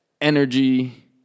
energy